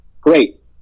great